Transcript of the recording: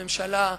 הממשלה,